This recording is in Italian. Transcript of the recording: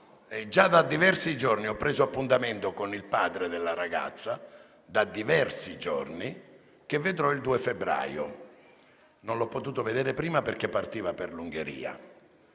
Già da diversi giorni ho preso appuntamento con il padre della ragazza - ribadisco, da diversi giorni - che vedrò il 2 febbraio. Non l'ho potuto vedere prima perché era in partenza per l'Ungheria.